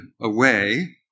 away